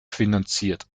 finanziert